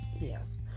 yes